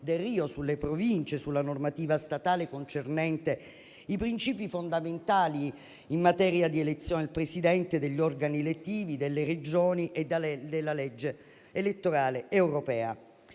Delrio sulle Province e la normativa statale concernente i principi fondamentali in materia di elezione del Presidente, degli organi elettivi delle Regioni e della legge elettorale europea.